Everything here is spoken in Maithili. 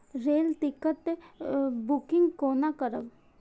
रेल टिकट बुकिंग कोना करब?